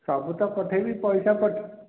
ସବୁ ତ ପଠାଇବି ପଇସା